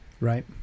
Right